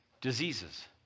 diseases